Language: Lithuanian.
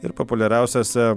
ir populiariausiose